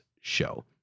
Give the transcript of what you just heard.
show